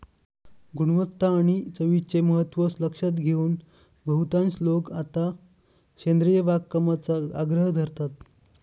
गुणवत्ता आणि चवीचे महत्त्व लक्षात घेऊन बहुतांश लोक आता सेंद्रिय बागकामाचा आग्रह धरतात